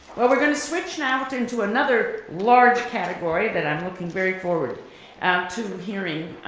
well we're going to switch now into another large category that i'm looking very forward and to hearing,